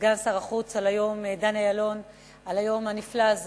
סגן שר החוץ דני אילון על היום הנפלא הזה